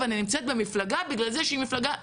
ואני נמצאת במפלגה בגלל זה שהיא מפלגה דמוקרטית.